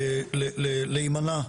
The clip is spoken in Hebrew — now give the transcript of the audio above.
להימנע,